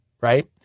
right